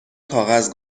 کاغذ